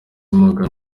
morgan